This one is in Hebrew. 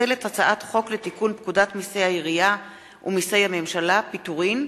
לפצל את הצעת חוק לתיקון פקודת מסי העירייה ומסי הממשלה (פטורין)